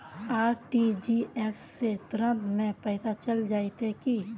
RTGS से तुरंत में पैसा चल जयते की?